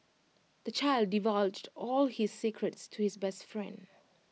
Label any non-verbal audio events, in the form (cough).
(noise) the child divulged all his secrets to his best friend